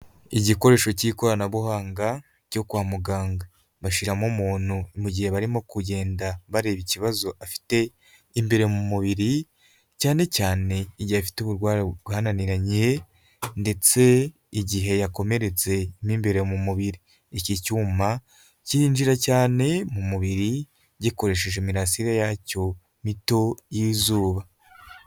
Igikoresho cy'ikoranabuhanga cyo kwa muganga; bashiramo umuntu mu gihe barimo kugenda bareba ikibazo afite imbere mu mubiri; cyane cyane igihe afite uburwayi bwananiranye ndetse igihe yakomeretse mu imbere mu mubiri; iki cyuma cyinjira cyane mu mubiri gikoresheje imirasire yacyo mito y'izuba.